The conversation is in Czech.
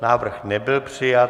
Návrh nebyl přijat.